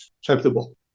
acceptable